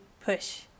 push